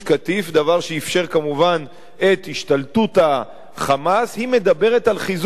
דבר שאפשר כמובן את השתלטות ה"חמאס" היא מדברת על חיזוק ה"חמאס"?